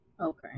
Okay